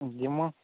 ଜିମୁ